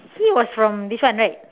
he was from this one right